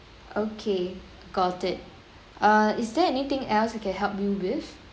okay got it err is there anything else I can help you with